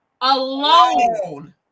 Alone